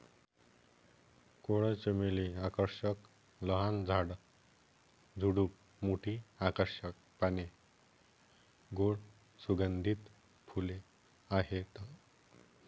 coral चमेली आकर्षक लहान झाड, झुडूप, मोठी आकर्षक पाने, गोड सुगंधित फुले आहेत